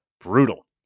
brutal